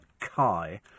Kai